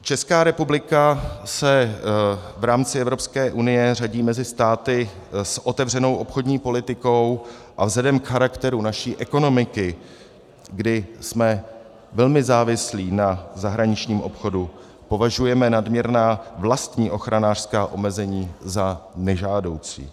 Česká republika se v rámci Evropské unie řadí mezi státy s otevřenou obchodní politikou a vzhledem k charakteru naší ekonomiky, kdy jsme velmi závislí na zahraničním obchodu, považujeme nadměrná vlastní ochranářská omezení za nežádoucí.